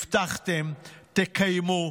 הבטחתם, תקיימו.